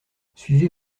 suivez